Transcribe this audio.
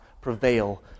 prevail